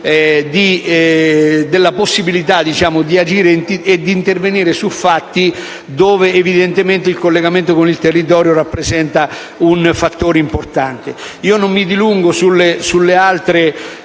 della possibilità di agire e intervenire su fatti dove, evidentemente, il collegamento con il territorio rappresenta un fattore importante. Non mi dilungo su alcune